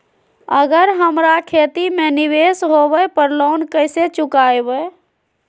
अगर हमरा खेती में निवेस होवे पर लोन कैसे चुकाइबे?